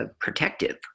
protective